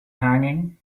hanging